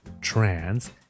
trans